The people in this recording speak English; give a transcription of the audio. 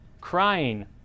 crying